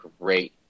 great